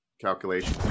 calculation